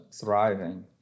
thriving